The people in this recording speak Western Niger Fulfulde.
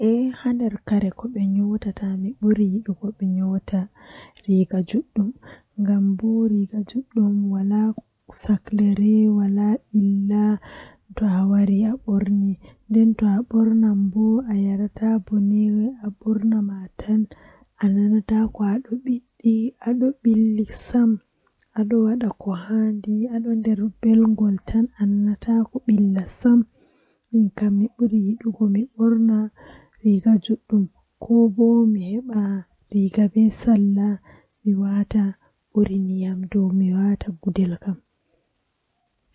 Ndikkinami babal jei mari leddeeji haakooji malla ndiyam jei takle Allah dow mi yaha mi waala haa hotel woonde ngam hotel kala ko woni totton fuu komi andi on, Amma babal woondedo wawan nafa mi masin.